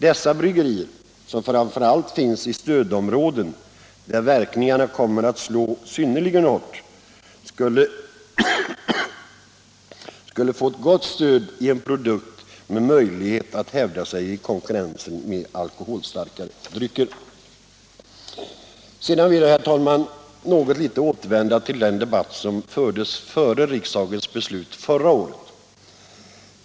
Dessa bryggerier — som framför allt finns i stödområden, där verkningarna kommer att bli synnerligen svåra — skulle få ett gott stöd i en produkt med möjlighet att hävda sig i konkurrensen med alkoholstarka drycker. Sedan vill jag, herr talman, något litet återvända till den debatt som fördes före riksdagens beslut förra året.